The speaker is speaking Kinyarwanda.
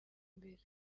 imbere